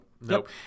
nope